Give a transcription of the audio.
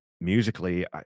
musically